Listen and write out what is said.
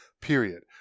period